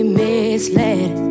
misled